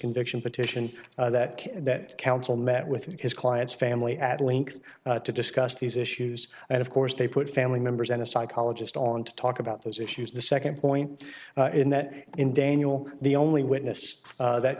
conviction petition that that counsel met with his client's family at length to discuss these issues and of course they put family members and a psychologist on to talk about those issues the second point in that in daniel the only witness that